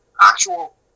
actual